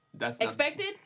Expected